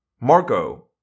Marco